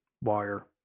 wire